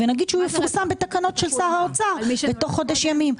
ונגיד שהוא יפורסם בתקנות של שר האוצר בתוך חודש ימים.